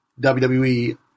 WWE